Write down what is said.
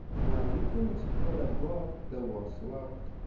now, you can explode a block that was locked